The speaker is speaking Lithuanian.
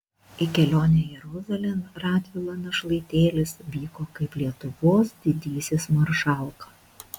į kelionę jeruzalėn radvila našlaitėlis vyko kaip lietuvos didysis maršalka